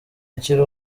akiri